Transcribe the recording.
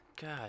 god